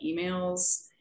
emails